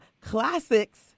classics